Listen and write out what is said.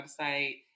website